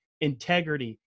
integrity